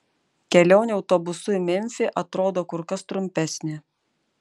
kelionė autobusu į memfį atrodo kur kas trumpesnė